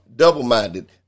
Double-minded